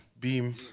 Beam